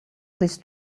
these